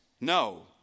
No